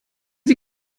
sie